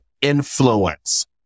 influence